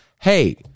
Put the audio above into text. Hey